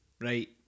right